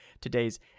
today's